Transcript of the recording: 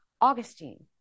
Augustine